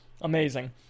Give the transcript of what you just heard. Amazing